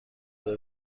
گاهی